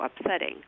upsetting